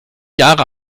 jahre